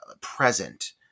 present